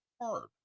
hard